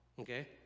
okay